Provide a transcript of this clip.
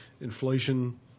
inflation